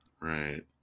Right